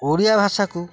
ଓଡ଼ିଆ ଭାଷାକୁ